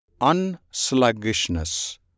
Unsluggishness